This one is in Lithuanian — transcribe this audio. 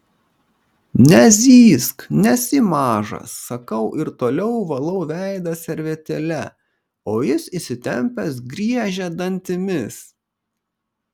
nezyzk nesi mažas sakau ir toliau valau veidą servetėle o jis įsitempęs griežia dantimis